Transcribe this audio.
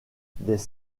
des